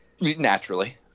Naturally